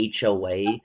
HOA